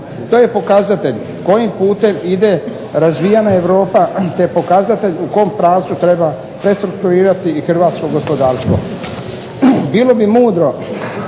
To je pokazatelj kojim putem ide razvijena Europa te pokazatelj u kom pravcu treba restrukturirati i hrvatsko gospodarstvo. Bilo bi mudro